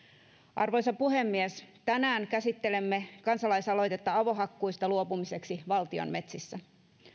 arvoisa puhemies tänään käsittelemme kansalaisaloitetta avohakkuista luopumiseksi valtion metsissä